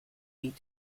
need